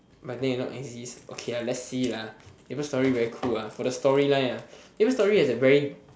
but then it not exist okay lah let's see lah maple story very cool ah for the storyline ah maple story has a very